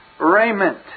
raiment